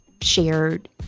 shared